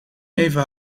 even